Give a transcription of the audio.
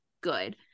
good